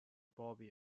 bobby